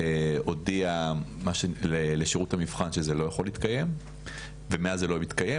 שהודיע לשירות המבחן שזה לא יכול להתקיים ומאז זה לא מתקיים.